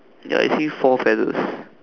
ya I see four feathers